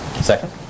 second